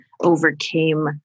overcame